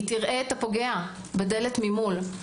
היא תראה את הפוגע בדלת ממול.